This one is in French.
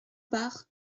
bar